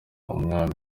umwami